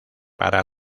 para